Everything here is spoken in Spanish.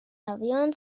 avión